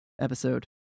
episode